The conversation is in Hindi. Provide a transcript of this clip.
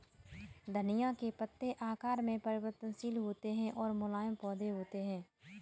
धनिया के पत्ते आकार में परिवर्तनशील होते हैं और मुलायम पौधे होते हैं